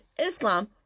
Islam